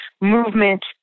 movement